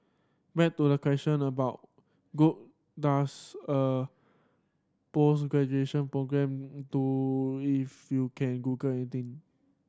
back to the question about good does a programme do if you can Google anything